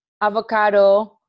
avocado